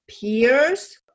peers